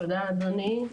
תודה אדוני.